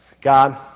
God